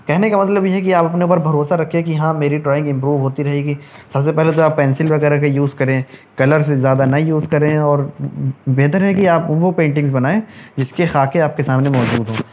کہنے کا مطلب یہ ہے کہ آپ اپنے اوپر بھروسا رکھیں کہ ہاں میری ڈرائنگ امپرو ہوتی رہے گی سب سے پہلے تو آپ پینسل وغیرہ کا یوز کریں کلرس زیادہ نہ یوز کریں اور بہتر ہے کہ آپ وہ وہ پینٹنگس بنائیں جس کے خاکے آپ کے سامنے موجود ہوں